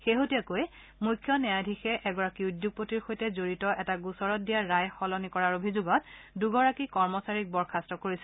শেহতীয়াকৈ মুখ্য ন্যায়াধীশে এগৰাকী উদ্যোগপতিৰ সৈতে জড়িত এটা গোচৰত দিয়া ৰায় সলনি কৰাৰ অভিযোগত দুগৰাকী কৰ্মচাৰীক বৰ্খাস্ত কৰিছিল